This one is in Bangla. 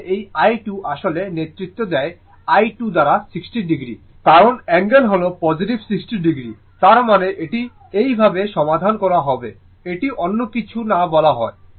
তার মানে এই i2 আসলে নেতৃত্ব দেয় i2 দ্বারা 60o কারণ অ্যাঙ্গেল হল পজিটিভ 60o তার মানে এটি এইভাবে সমাধান করা হবে যদি অন্য কিছু না বলা হয়